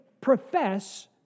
profess